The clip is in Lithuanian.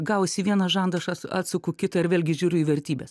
gausi į vieną žandą aš at atsuka kitą ir vėlgi žiūriu į vertybes